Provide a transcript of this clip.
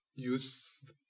Use